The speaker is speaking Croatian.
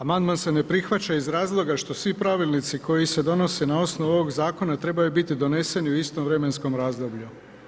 Amandman se ne prihvaća iz razloga što svi pravilnici koji se donose na osnovu ovog zakona trebaju biti doneseni u istom vremenskom razdoblju.